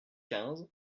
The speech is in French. quinze